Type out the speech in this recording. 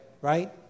right